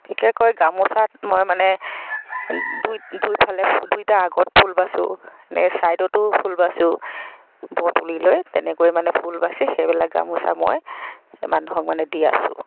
বিশেষকৈ গামোচাত মই মানে দুই দুইফালে দুইটা আগত ফুল বাচোঁ এনে ছাইডতো ফুল বাচোঁ ব তুলি লৈ তেনেকৈ মানে ফুল বাচি সেইবিলাক গামোচা মই মানুহক মানে দি আছোঁ